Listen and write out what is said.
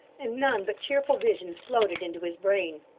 and none but cheerful visions floated into his brain.